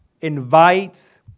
invites